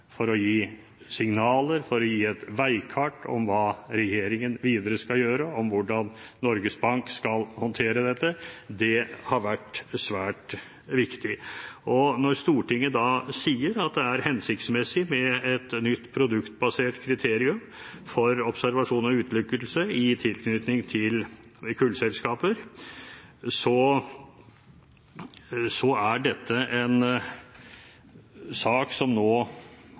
for å gi signaler, for å gi et veikart om hva regjeringen videre skal gjøre, om hvordan Norges Bank skal håndtere dette, har vært svært viktig. Og når Stortinget da sier at det er hensiktsmessig med et nytt produktbasert kriterium for observasjon og utelukkelse i tilknytning til kullselskaper, er dette en sak som nå